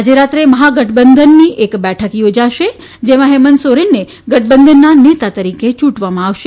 આજે રાત્રે મહાગઠબંધનના સહયોગથી એક બેઠક યોજાશે જેમાં હેમંત સોરેનને ગઠબંધનના નેતા તરીકે ચૂંટવામાં આવશે